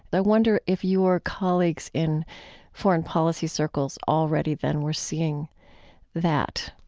but i wonder if your colleagues in foreign policy circles already then were seeing that